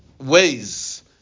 ways